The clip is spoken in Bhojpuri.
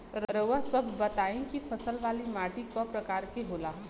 रउआ सब बताई कि फसल वाली माटी क प्रकार के होला?